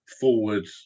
forward